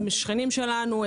הם שכנים שלנו.